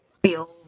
feel